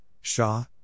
Shah